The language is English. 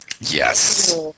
Yes